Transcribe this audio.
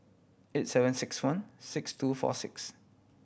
eight seven six one six two four six